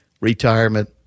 retirement